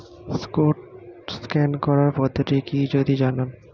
Code scan করার পদ্ধতিটি কি যদি জানান?